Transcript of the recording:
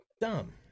dumb